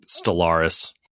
Stellaris